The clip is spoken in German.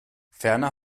ferner